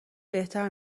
بهتر